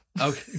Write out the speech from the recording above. Okay